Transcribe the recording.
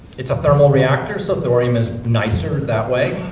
it's a thermal reactor so thorium is nicer that way,